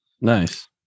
Nice